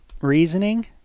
reasoning